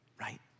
right